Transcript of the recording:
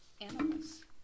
animals